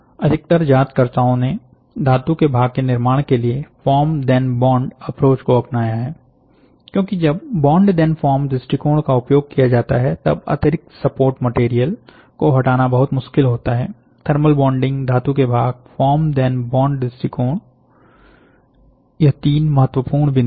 अधिकतर जांचकर्ताओं ने धातु के भाग के निर्माण के लिए फॉर्म धेन बॉन्ड अप्रोच को अपनाया हैक्योंकि जब बॉन्ड धेन फॉर्म दृष्टिकोण का उपयोग किया जाता है तब अतिरिक्त सपोर्ट मैटेरियल को हटाना बहुत मुश्किल होता है थर्मल बॉन्डिंग धातु के भाग फॉर्म धेन बॉन्ड दृष्टिकोण तीन महत्वपूर्ण बिंदु है